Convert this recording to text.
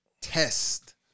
test